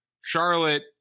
Charlotte